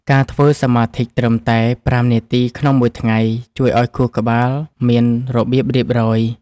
ការធ្វើសមាធិត្រឹមតែ ៥ នាទីក្នុងមួយថ្ងៃ ជួយឱ្យខួរក្បាលមានរបៀបរៀបរយ។